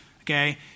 okay